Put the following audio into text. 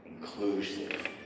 inclusive